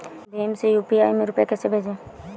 भीम से यू.पी.आई में रूपए कैसे भेजें?